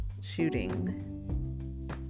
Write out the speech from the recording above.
shooting